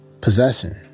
possessing